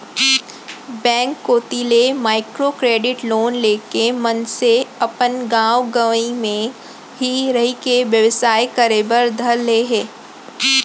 bank कोती ले micro credit loan लेके मनसे अपन गाँव गंवई म ही रहिके बेवसाय करे बर धर ले हे